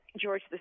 george